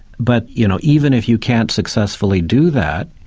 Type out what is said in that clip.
but you know even if you can't successfully do that,